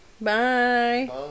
Bye